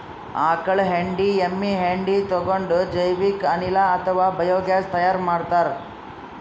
ಆಕಳ್ ಹೆಂಡಿ ಎಮ್ಮಿ ಹೆಂಡಿ ತಗೊಂಡ್ ಜೈವಿಕ್ ಅನಿಲ್ ಅಥವಾ ಬಯೋಗ್ಯಾಸ್ ತೈಯಾರ್ ಮಾಡ್ತಾರ್